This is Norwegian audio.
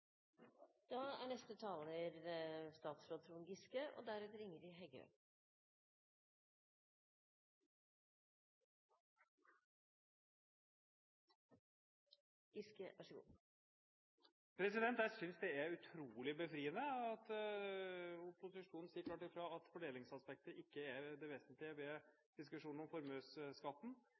Jeg synes det er utrolig befriende at opposisjonen sier klart fra at fordelingsaspektet ikke er det vesentlige i diskusjonen om formuesskatten